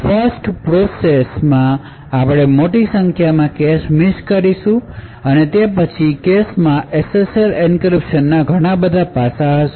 1st process માં આપણે મોટી સંખ્યામાં કેશ મિસ કરીશું અને તે પછી કેશમાં SSL એન્ક્રિપ્શનના ઘણા પાસા હશે